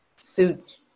suit